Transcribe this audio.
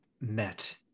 met